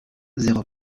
zéro